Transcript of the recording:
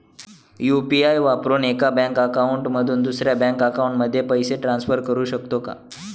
UPI वापरून एका bank account मधून दुसऱ्या बँक अकाउंटमध्ये पैसे ट्रान्सफर करू शकतो का?